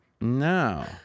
No